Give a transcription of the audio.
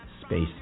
Space